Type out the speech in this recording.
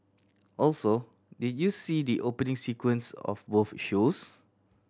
also did you see the opening sequence of both shows